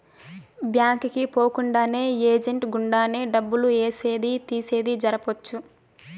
bank కి పోకుండానే agent గుండానే డబ్బులు ఏసేది తీసేది జరపొచ్చు